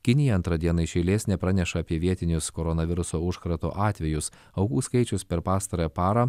kinija antrą dieną iš eilės nepraneša apie vietinius koronaviruso užkrato atvejus aukų skaičius per pastarąją parą